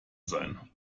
sein